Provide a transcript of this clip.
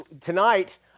Tonight